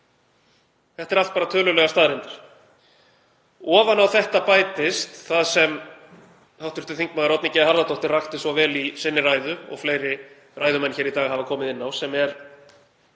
Þetta eru allt tölulegar staðreyndir. Ofan á þetta bætist það sem hv. þm. Oddný G. Harðardóttir rakti svo vel í sinni ræðu og fleiri ræðumenn hér í dag hafa komið inn á, sem eru